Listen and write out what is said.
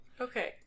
Okay